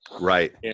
Right